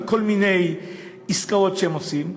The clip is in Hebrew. על כל מיני עסקאות שהם עושים.